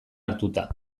hartuta